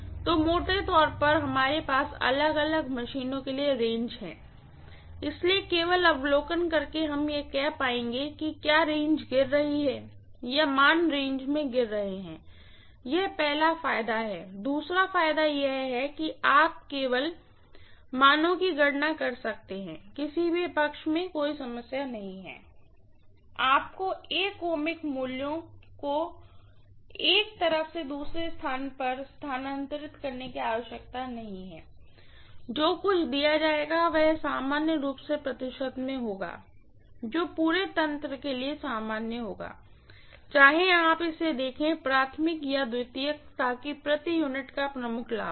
तो मोटे तौर पर हमारे पास अलग अलग मशीनों के लिए रेंज है इसलिए केवल अवलोकन करके हम यह कह पाएंगे कि क्या रेंज गिर रही हैं या मान रेंज में गिर रहे हैं यह पहला फायदा है दूसरा फायदा यह है कि आप केवल मानों की गणना कर सकते हैं किसी भी साइड में कोई समस्या नहीं है आपको ओमिक मूल्यों को एक तरफ से दूसरे स्थान पर स्थानांतरित करने की आवश्यकता नहीं है जो कुछ दिया जाएगा वह सामान्य रूप से प्रतिशत में होगा जो पूरे तंत्र के लिए सामान्य होगा चाहे आप इसे देखें प्राइमरी या सेकेंडरी ताकि प्रति यूनिट का प्रमुख लाभ हो